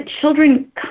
children